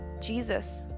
Jesus